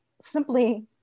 simply